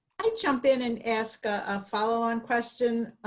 jump in and ask a follow-on question?